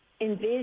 envision